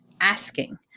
asking